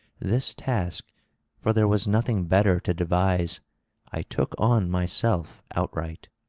this task for there was nothing better to devise i took on myself outright.